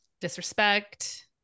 disrespect